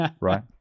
Right